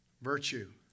virtue